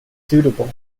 suitable